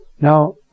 Now